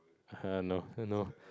hmm no no